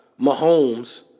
Mahomes